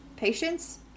Patience